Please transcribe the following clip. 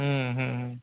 હં હં હ